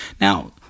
Now